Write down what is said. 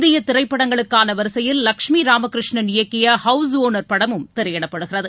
இந்திய திரைப்படங்களுக்கான வரிசையில் லஷ்மி ராமகிருஷ்ணன் இயக்கிய ஹவுஸ் ஒனர் படமும் திரையிடப்படுகிறது